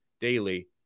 daily